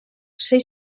sei